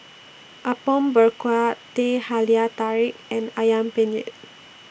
Apom Berkuah Teh Halia Tarik and Ayam Penyet